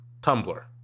Tumblr